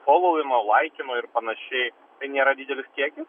folaujino laikino ir panašiai tai nėra didelis kiekis